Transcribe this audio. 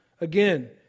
Again